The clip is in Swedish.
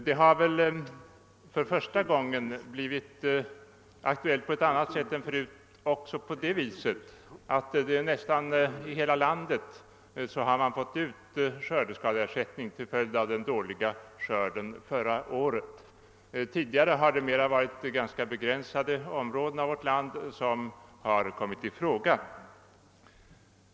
Det har för första gången blivit aktuellt också därigenom, att det till skillnad mot tidigare utbetalats skördeskadeersättningar i nästan hela landet till följd av förra årets dåliga skörd. Tidigare har det varit mera begränsade områden som kommit i fråga.